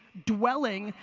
dwelling,